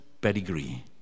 pedigree